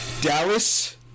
Dallas